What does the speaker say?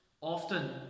often